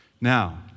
Now